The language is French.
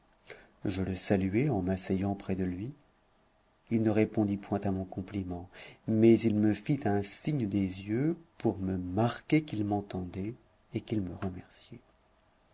je le saluai en m'asseyant près de lui il ne répondit point à mon compliment mais il me fit un signe des yeux pour me marquer qu'il m'entendait et qu'il me remerciait